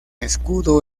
escudo